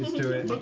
to it.